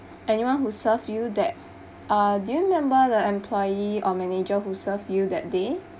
anyone who serve you that ah do you remember the employee or manager who serve you that day